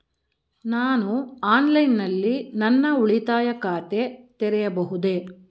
ನಾನು ಆನ್ಲೈನ್ ನಲ್ಲಿ ನನ್ನ ಉಳಿತಾಯ ಖಾತೆ ತೆರೆಯಬಹುದೇ?